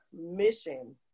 mission